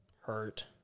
hurt